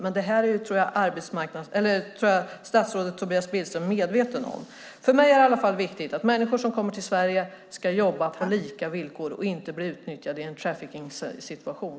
Men det här tror jag att statsrådet Tobias Billström är medveten om. För mig är det i alla fall viktigt att människor som kommer till Sverige ska jobba på lika villkor och inte bli utnyttjade i en traffickingsituation.